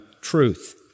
truth